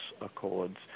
Accords